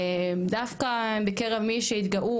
דווקא בקרב מי שהתגאו,